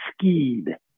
skied